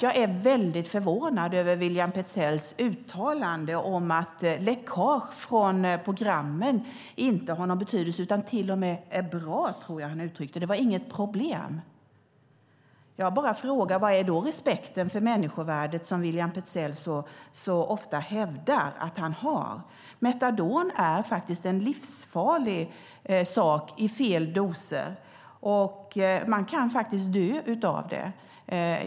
Jag är väldigt förvånad över William Petzälls uttalande om att läckage från programmen inte har något betydelse utan till och med är bra, som jag tror att han uttryckte det. Det var inget problem. Var är då respekten för människovärdet, som William Petzäll så ofta hävdar att han har? Metadon är livsfarligt i fel doser. Man kan faktiskt dö av det.